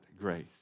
grace